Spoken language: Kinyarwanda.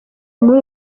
muri